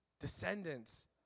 Descendants